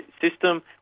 system